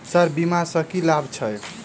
Sir बीमा सँ की लाभ छैय?